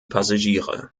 passagiere